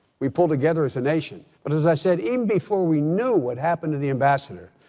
we pull together as a nation. but as i said, even before we knew what happened to the ambassador,